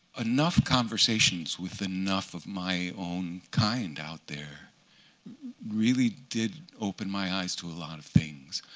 enough conversations with enough of my own kind out there really did open my eyes to a lot of things.